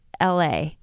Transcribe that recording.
LA